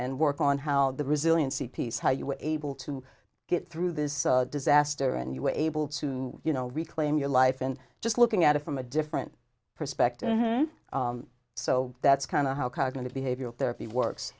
and work on how the resiliency piece how you were able to get through this disaster and you were able to you know reclaim your life and just looking at it from a different perspective so that's kind of how cognitive behavioral therapy works